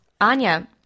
Anya